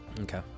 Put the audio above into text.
Okay